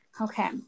Okay